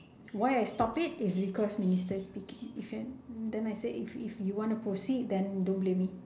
why I stop it is because minister speaking with him then I say if if you want to proceed then don't blame me